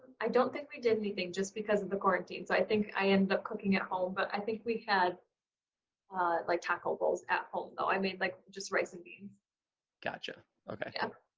i don't think we did anything just because of the quarantines i think i ended up cooking at home but i think we had like tackle goals at home though i made like just raising these gotcha okay